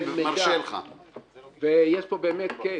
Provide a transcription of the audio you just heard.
יש פה catch.